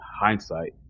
hindsight